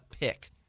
pick